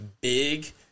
big